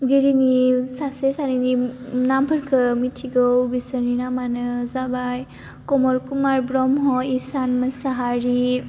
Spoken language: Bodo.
गिरिनि सासे सानैनि नामफोरखौ मिथिगौ बिसोर नामानो जाबाय कमल कुमार ब्रह्म ईसान मोसाहारि